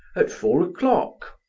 at four o'clock.